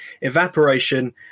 evaporation